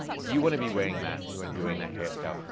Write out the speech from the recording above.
you want to be wearing that and you want to be wearing that hairstyle.